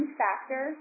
factor